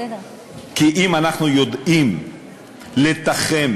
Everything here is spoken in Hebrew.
כי אם אנחנו יודעים לתחם